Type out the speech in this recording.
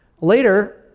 Later